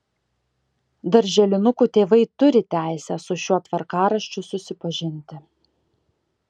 darželinukų tėvai turi teisę su šiuo tvarkaraščiu susipažinti